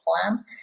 plan